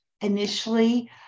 initially